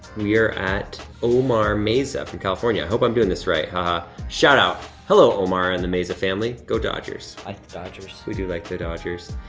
we are at omar meza from california, hope i'm doing this right, ha-ha. shout-out, hello, omar and the meza family, go dodgers. like the dodgers. we do like the dodgers.